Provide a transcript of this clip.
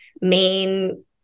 main